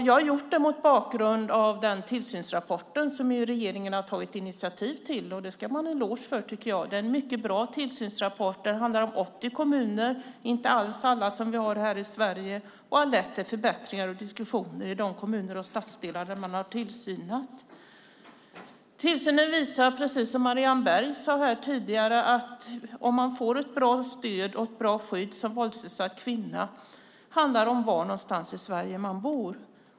Jag har gjort det mot bakgrund av den tillsynsrapport som regeringen har tagit initiativ till och ska ha en eloge för. Det är en mycket bra tillsynsrapport, som handlar om 80 kommuner, inte alls alla som vi har här i Sverige, och har lett till förbättringar och diskussioner i de kommuner och stadsdelar där man har "tillsynat". Tillsynen visar, precis som Marianne Berg sade här tidigare, att om man ska få bra stöd och bra skydd som våldsutsatt kvinna handlar det om var någonstans i Sverige man bor.